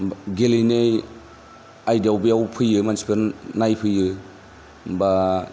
गेलेनाय आयदायाव बेयाव फैयो मानसिगोन नायफैयो बा